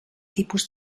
tipus